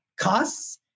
costs